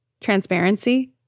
transparency